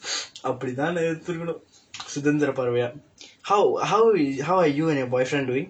அப்படி தான் நான் இருந்திருக்கனும் சுதந்திர பறவையா:appadi thaan naan irundthirikkanum suthandthira paravaiyaa how how is how are you and your boyfriend during